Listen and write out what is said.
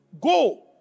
Go